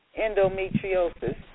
endometriosis